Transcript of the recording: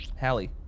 Hallie